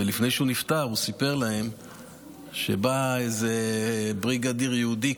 ולפני שהוא נפטר הוא סיפר להם שבא בריגדיר יהודי,